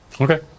Okay